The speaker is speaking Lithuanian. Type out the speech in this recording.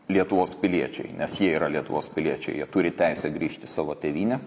lietuvos piliečiai nes jie yra lietuvos piliečiai jie turi teisę grįžt į savo tėvynę